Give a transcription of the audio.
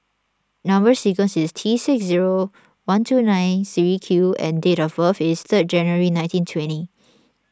Number Sequence is T six zero one two nine three Q and date of birth is third January nineteen twenty